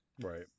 Right